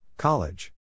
College